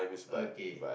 okay